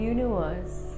Universe